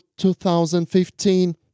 2015